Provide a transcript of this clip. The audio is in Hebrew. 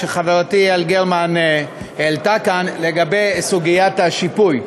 שחברתי יעל גרמן העלתה כאן לגבי סוגיית השיפוי.